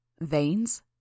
Veins